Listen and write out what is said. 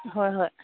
ꯍꯣꯏ ꯍꯣꯏ